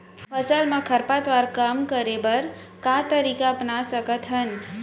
फसल मा खरपतवार कम करे बर का तरीका अपना सकत हन?